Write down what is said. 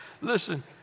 Listen